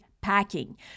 packing